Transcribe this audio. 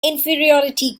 inferiority